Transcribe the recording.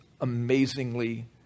amazingly